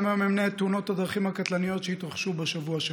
גם היום אמנה את תאונות הדרכים הקטלניות שהתרחשו בשבוע שחלף: